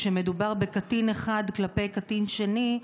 כשמדובר בקטין אחד כלפי קטין שני,